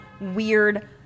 weird